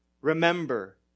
remember